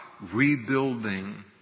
rebuilding